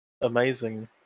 amazing